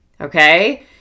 Okay